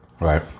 Right